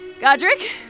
Godric